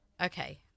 Okay